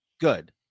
Good